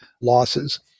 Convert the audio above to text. losses